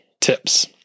tips